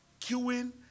queuing